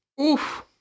Oof